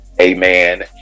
amen